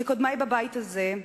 כקודמי בבית הזה,